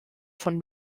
von